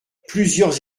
plusieurs